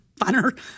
funner